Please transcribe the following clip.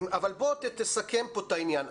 אבל בוא תסכם פה את העניין,